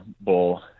bull